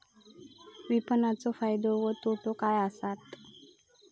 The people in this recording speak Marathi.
विपणाचो फायदो व तोटो काय आसत?